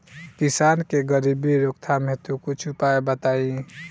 किसान के गरीबी रोकथाम हेतु कुछ उपाय बताई?